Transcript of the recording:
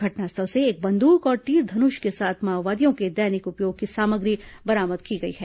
घटनास्थल से एक बंद्क और तीर धनुष के साथ माओवादियों के दैनिक उपयोग की सामग्री बरामद की गई है